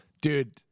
dude